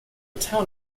town